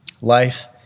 life